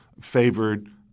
favored